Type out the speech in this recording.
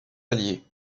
alliés